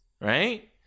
right